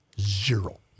Zero